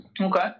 Okay